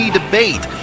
debate